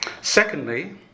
Secondly